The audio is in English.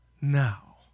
now